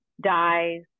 dies